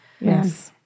yes